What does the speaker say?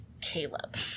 Caleb